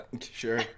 Sure